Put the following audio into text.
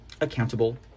accountable